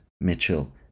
Mitchell